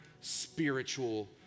spiritual